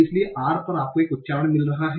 इसलिए r पर आपको एक उच्चारण मिल रहा है